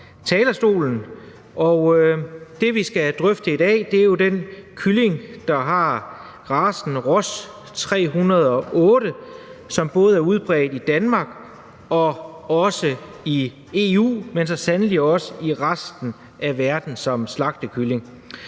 talerstolen. Det, vi skal drøfte i dag, er den kylling af racen Ross 308, som både er udbredt som slagtekylling i Danmark og også i EU, men så sandelig også i resten af verden. Og i modsætning